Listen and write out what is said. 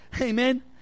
Amen